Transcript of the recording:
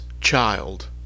child